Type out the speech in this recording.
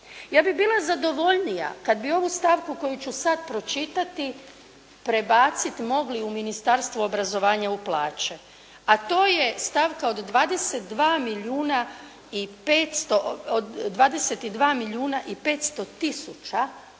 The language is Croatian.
Ja bih bila zadovoljnija kad bi obu stavku koju ću sad pročitati prebacit mogli u Ministarstvo obrazovanja u plaće, a to je stavka od 22 milijuna i 500 tisuća